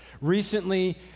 recently